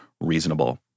reasonable